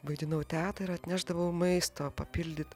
vaidinau teta ir atnešdavau maisto papildyt